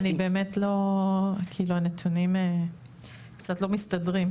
הנתונים קצת לא מסתדרים.